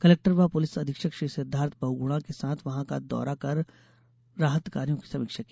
collector व police अधीक्षक श्री सिद्धार्थ बहुगुणा के साथ वहां का दौरा कर राहत कार्यों की समीक्षा की